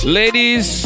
ladies